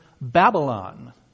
Babylon